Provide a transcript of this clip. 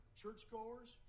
churchgoers